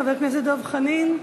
חבר הכנסת דב חנין,